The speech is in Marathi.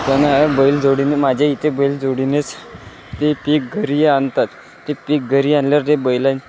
त्यांना बैलजोडीने माझ्या इथे बैलजोडीनेच ती पिक घरी आणतात ते पिक घरी आणल्यावर जे बैला